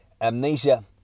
amnesia